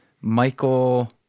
Michael